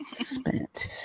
spent